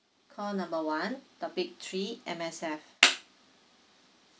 call number one topic three M_S_F